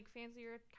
fancier